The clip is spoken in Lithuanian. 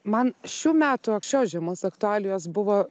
man šių metų šios žiemos aktualijos buvo